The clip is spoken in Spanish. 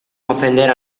ofender